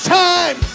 time